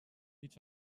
hiç